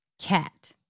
cat